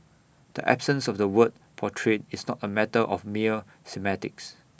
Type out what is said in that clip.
the absence of the word portrayed is not A matter of mere semantics